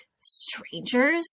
strangers